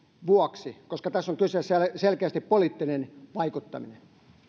vuoksi koska tässä on kyseessä selkeästi poliittinen vaikuttaminen